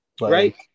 Right